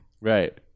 right